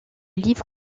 livres